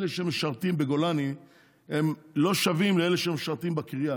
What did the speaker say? אלה שמשרתים בגולני לא שווים לאלה שמשרתים בקריה,